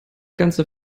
ganze